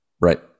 Right